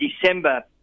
December